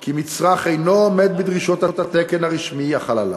כי מצרך אינו עומד בדרישות התקן הרשמי החל עליו.